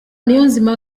niyonzima